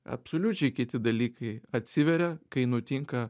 absoliučiai kiti dalykai atsiveria kai nutinka